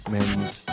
Men's